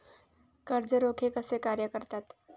कर्ज रोखे कसे कार्य करतात?